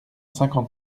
cinquante